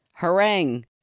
harang